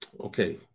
Okay